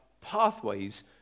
pathways